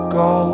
go